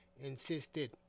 insisted